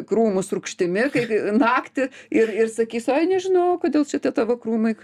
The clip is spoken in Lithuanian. krūmus rūgštimi kaip naktį ir ir sakys oi nežinau kodėl čia tie tavo krūmai